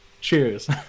Cheers